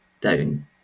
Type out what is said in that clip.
down